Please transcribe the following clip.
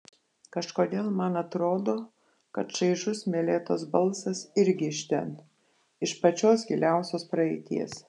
kažkodėl man atrodo kad šaižus meletos balsas irgi iš ten iš pačios giliausios praeities